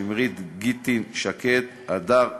שמרית גיטלין-שקד והדר בר-שלום.